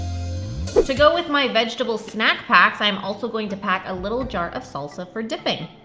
to go with my vegetable snack packs i'm also going to pack a little jar of salsa for dipping.